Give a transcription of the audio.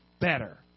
better